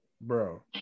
bro